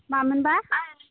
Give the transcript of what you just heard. मामोनबा